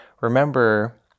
Remember